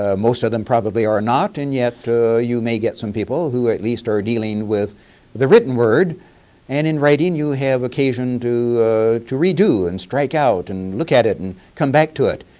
ah most of them are probably are not and yet you may get some people who at least are dealing with the written word and in writing you have occasioned to to redo and strike out and look at it and come back to it